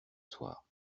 soir